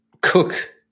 cook